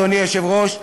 אדוני היושב-ראש,